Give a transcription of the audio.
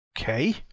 okay